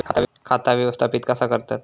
खाता व्यवस्थापित कसा करतत?